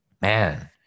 Man